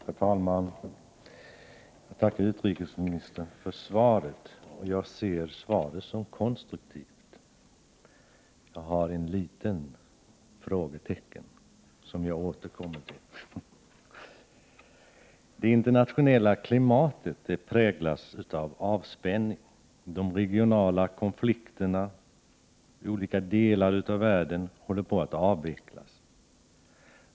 Herr talman! Jag tackar utrikesministern för svaret som jag ser som konstruktivt. Det finns dock ett frågetecken. Jag återkommer till detta. Det internationella klimatet präglas av avspänning. De regionala konflikterna i olika delar av världen håller på att avvecklas.